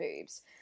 boobs